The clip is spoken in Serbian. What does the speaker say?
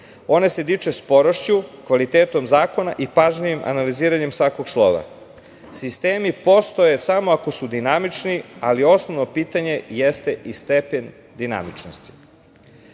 one se diču sporošću, kvalitetom zakona i pažljivim analiziranjem svakog slova. Sistemi postoje samo ako su dinamični, ali osnovno pitanje jeste i stepen dinamičnosti. Kako